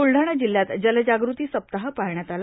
बुलढाणा जिल्ह्यात जलजागूती सप्ताह पाळण्यात आला